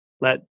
let